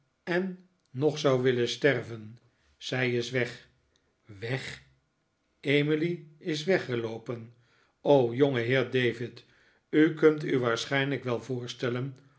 en nog zou willen sterven zij is weg weg emily is weggeloopen o jongeheer david u kunt u waarschijnlijk wel voorstellen